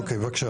בוא תתחיל.